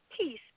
peace